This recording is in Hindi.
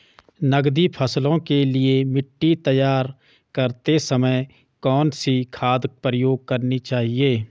नकदी फसलों के लिए मिट्टी तैयार करते समय कौन सी खाद प्रयोग करनी चाहिए?